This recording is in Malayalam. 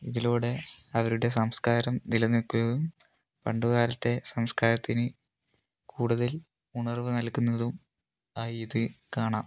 ഇതിലൂടെ അവരുടെ സംസ്കാരം നിലനിൽക്കുകയും പണ്ടു കാലത്തെ സംസ്ക്കാരത്തിന് കൂടുതൽ ഉണർവ് നൽകുന്നതും ആയി ഇത് കാണാം